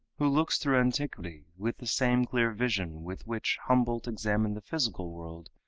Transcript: who looks through antiquity with the same clear vision with which humboldt examined the physical world,